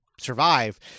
survive